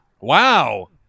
Wow